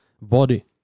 body